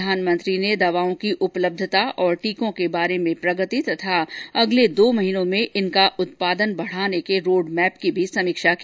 प्रधानमंत्री ने दवाओं की उपलब्धता और टीकों के बारे में प्रगति और अगले दो महीनों में इनका उत्पादन बढ़ाने के रोड मैप की भी समीक्षा की